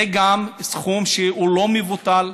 זה גם סכום לא מבוטל.